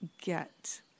get